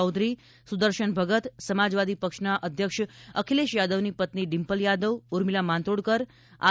ચૌધરી સુદર્શન ભગત સમાજવાદી પક્ષના અધ્યક્ષ અખિલેશ યાદવની પત્ની ડિમ્પલ યાદવ ઉર્મીલા માતોડકર આર